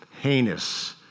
heinous